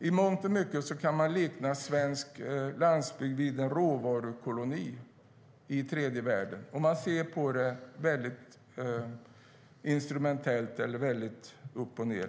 I mångt och mycket kan man likna svensk landsbygd vid en råvarukoloni i tredje världen, om man ser på det väldigt instrumentellt eller upp och ned.